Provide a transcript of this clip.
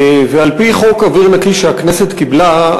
על-פי חוק אוויר נקי שהכנסת קיבלה,